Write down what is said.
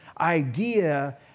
idea